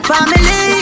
Family